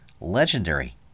legendary